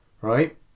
Right